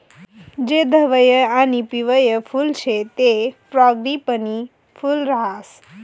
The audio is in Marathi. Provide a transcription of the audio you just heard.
जे धवयं आणि पिवयं फुल शे ते फ्रॉगीपनी फूल राहास